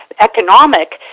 economic